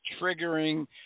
triggering